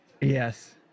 Yes